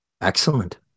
Excellent